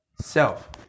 self